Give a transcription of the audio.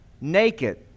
naked